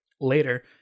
later